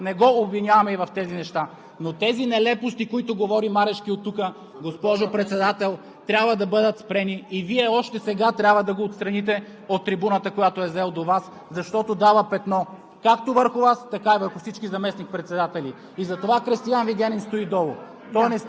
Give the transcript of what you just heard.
Той няма концесии, няма плажове – майка му е тази, която има тези неща. Нека не го обвиняваме и в тези неща. Но тези нелепости, които говори Марешки оттук, госпожо Председател, трябва да бъдат спрени и Вие още сега трябва да го отстраните от трибуната, която е заел до Вас, защото дава петно